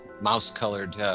mouse-colored